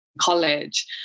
college